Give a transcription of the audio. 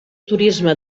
turisme